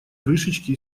крышечки